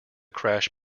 crash